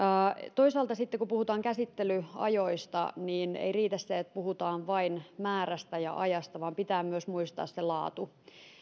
toisaalta sitten kun puhutaan käsittelyajoista niin ei riitä se että puhutaan vain määrästä ja ajasta vaan pitää muistaa myös se laatu